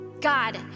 God